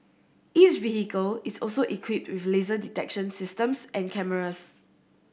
each vehicle is also equipped with laser detection systems and cameras